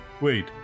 Wait